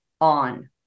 on